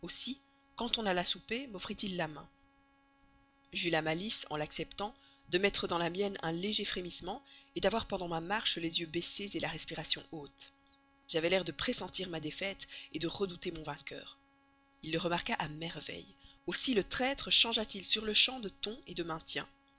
quand on alla souper moffrit il la main j'eus la malice en l'acceptant de mettre dans la mienne un léger frémissement d'avoir pendant ma marche les yeux baissés la respiration haute j'avais l'air de pressentir ma défaite de redouter mon vainqueur il le remarqua à merveille aussi le traître changea t il sur le champ de ton de maintien